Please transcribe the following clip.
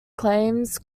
claims